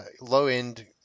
low-end